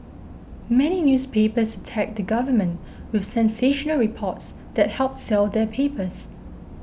many newspapers attack the government with sensational reports that help sell their papers